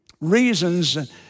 reasons